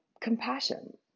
compassion